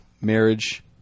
marriage